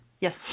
Yes